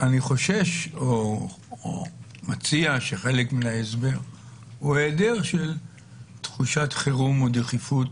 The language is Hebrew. אני חושש או מציע שחלק מן ההסבר הוא היעדר של תחושת חירום או דחיפות